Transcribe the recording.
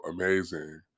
amazing